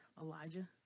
Elijah